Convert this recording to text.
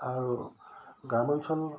আৰু গ্ৰাম অঞ্চল